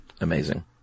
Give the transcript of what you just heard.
Amazing